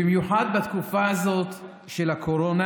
במיוחד בתקופה הזאת של הקורונה.